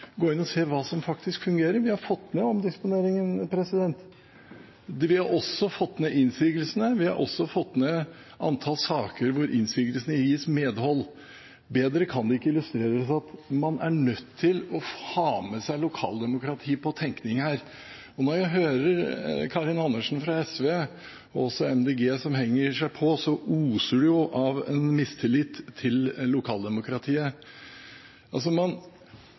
se på hva som faktisk fungerer. Vi har fått ned omdisponeringen. Vi har også fått ned antall innsigelser og antall saker der innsigelsene gis medhold. Bedre kan det ikke illustreres at man er nødt til å ha med seg lokaldemokratiet på tenkningen her. Når jeg hører Karin Andersen fra SV – og også Miljøpartiet De Grønne, som henger seg på – så oser det jo av mistillit til lokaldemokratiet.